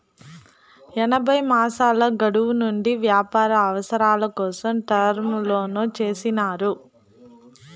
ఎనభై మాసాల గడువు నుండి వ్యాపార అవసరాల కోసం టర్మ్ లోన్లు చేసినారు